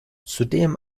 zudem